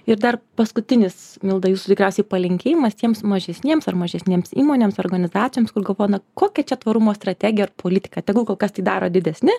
ir dar paskutinis milda jūsų tikriausiai palinkėjimas tiems mažesniems ar mažesnėms įmonėms organizacijoms kur galvoja na kokia čia tvarumo strategija ar politika tegul kol kas tai daro didesni